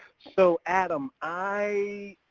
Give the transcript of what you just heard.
so adam, i.